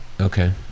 Okay